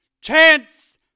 Chance